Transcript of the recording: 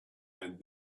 and